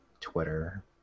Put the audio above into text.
Twitter